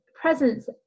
presence